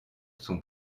son